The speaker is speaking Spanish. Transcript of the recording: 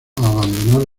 abandonar